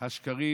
השקרים